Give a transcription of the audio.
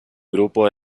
grupo